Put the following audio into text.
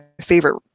favorite